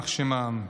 יימח שמם,